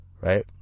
right